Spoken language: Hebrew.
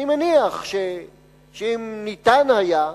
אני מניח שאם ניתן היה,